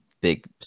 big